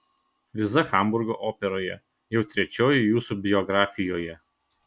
liza hamburgo operoje jau trečioji jūsų biografijoje